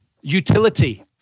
utility